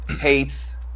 hates